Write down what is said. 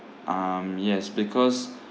um yes because